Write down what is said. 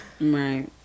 Right